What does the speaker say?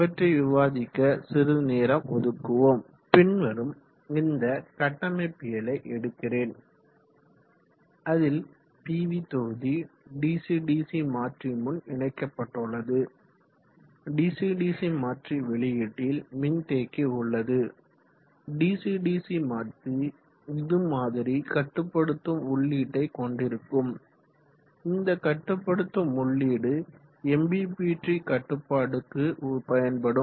அவற்றை விவாதிக்க சிறிது நேரம் ஒதுக்குவோம் பின்வரும் இந்த கட்டமைப்பியலை எடுக்கிறேன் அதில் பிவி தொகுதி டிசி டிசி மாற்றி முன் இணைக்கப்பட்டுள்ளது டிசி டிசி மாற்றி வெளியீட்டில் மின்தேக்கி உள்ளது டிசிடிசி மாற்றி இது மாதிரி கட்டுப்படுத்தும் உள்ளீட்டை கொண்டிருக்கும் இந்த கட்டுப்படுத்தும் உள்ளீடு எம்பிபிற்றி கட்டுப்பாடுக்கு பயன்படும்